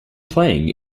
playing